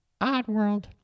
Oddworld